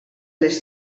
les